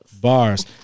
Bars